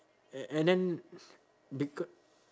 a~ and then beca~